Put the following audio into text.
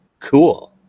cool